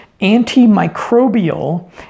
antimicrobial